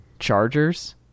chargers